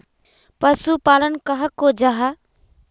पशुपालन कहाक को जाहा?